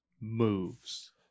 moves